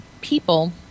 people